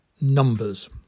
numbers